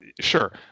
Sure